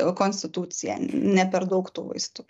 konstituciją ne per daug tų vaistų